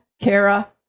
Kara